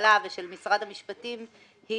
הממשלה ושל משרד המשפטים היא